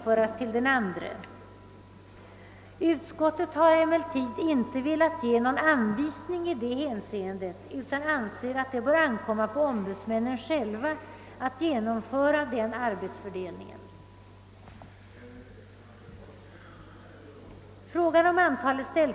flera enligt vissa förslag — också föreslagits av vissa remissinstanser, vilkas mening om arbetsfördelningen mellan ombudsmännen